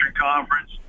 conference